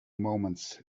moments